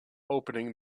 opening